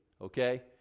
okay